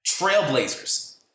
Trailblazers